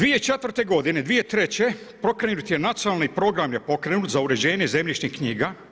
2004. godine, 2003. pokrenut je nacionalni program je pokrenut za uređenje zemljišnih knjiga.